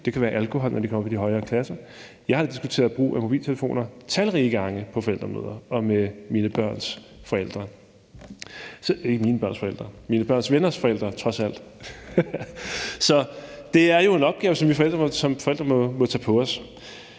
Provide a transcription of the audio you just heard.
Det kan være alkohol, når børnene kommer op i de højere klasser. Jeg har diskuteret brug af mobiltelefoner talrige gange på forældremøder og med mine børns venners forældre. Så det er jo en opgave, vi som forældre må tage på os